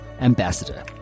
ambassador